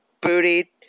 booty